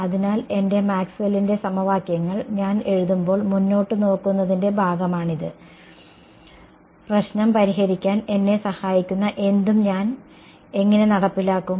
അതിനാൽ എന്റെ മാക്സ്വെല്ലിന്റെ സമവാക്യങ്ങൾ Maxwell's equations ഞാൻ എഴുതുമ്പോൾ മുന്നോട്ട് നോക്കുന്നതിന്റെ ഭാഗമാണിത് പ്രശ്നം പരിഹരിക്കാൻ എന്നെ സഹായിക്കുന്ന എന്തും ഞാൻ എങ്ങനെ നടപ്പിലാക്കും